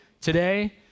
today